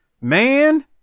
man